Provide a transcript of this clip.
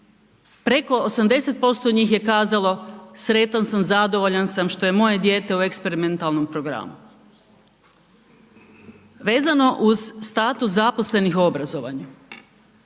preko 80% njih je kazalo sretan sam zadovoljan sam što je moje dijete u eksperimentalnom programu. Vezano uz status zaposlenih u obrazovanju,